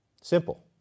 simple